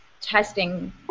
testing